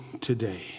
today